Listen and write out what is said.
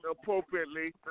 appropriately